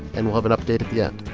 and we'll have an update at yeah